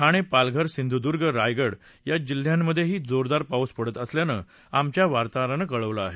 ठाणे पालघर सिंधुदुर्ग रायगड या जिल्ह्यांमधेही जोरदार पाऊस पडत असल्याचं आमच्या वार्ताहरानं कळवलं आहे